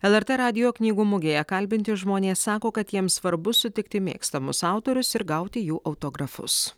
el er tė radijo knygų mugėje kalbinti žmonės sako kad jiems svarbu sutikti mėgstamus autorius ir gauti jų autografus